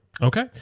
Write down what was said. Okay